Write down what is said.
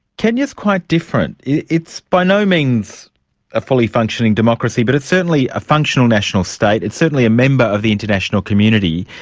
kenya's quite different. it's by no means a fully functioning democracy, but it's certainly a functional national state, it's certainly a member of the international community.